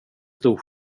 stor